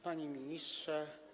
Panie Ministrze!